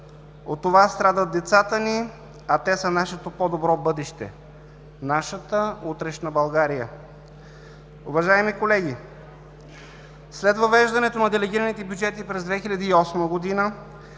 От това страдат децата ни, а те са нашето по-добро бъдеще, нашата утрешна България! Уважаеми колеги, след въвеждането на делегираните бюджети през 2008 г.